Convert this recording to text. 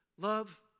Love